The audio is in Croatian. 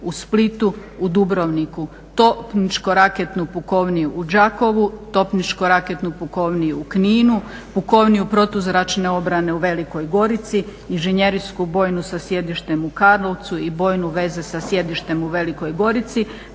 u Splitu, u Dubrovniku, topničko-raketnu pukovniju u Đakovu, topničko-raketnu pukovniju u Kninu, pukovniju protuzračne obrane u Velikoj Gorici, inženjerijsku bojnu sa sjedištem u Karlovcu i bojnu vezu sa sjedištem u Velikoj Gorici,